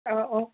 অঁ অঁ